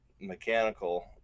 mechanical